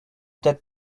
that